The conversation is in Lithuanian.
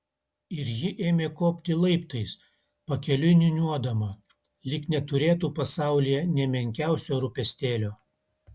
ir ji ėmė kopti laiptais pakeliui niūniuodama lyg neturėtų pasaulyje nė menkiausio rūpestėlio